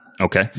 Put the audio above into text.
Okay